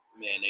Man